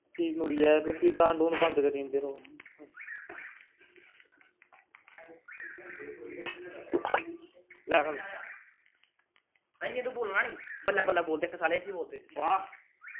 फ्मही मुड़ियै फ्ही डाह्न डूहन बंद करी दिंदे लोग तांईयैं तूं बोलना नी बल्लैं बल्लैं दिक्ख सालेआ इयां बोलदे